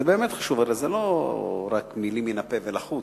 זה באמת חשוב, הרי זה לא רק מלים מהפה ולחוץ.